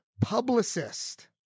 publicist